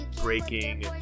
breaking